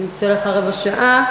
מוקצית לך רבע שעה.